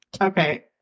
Okay